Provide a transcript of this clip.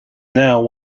now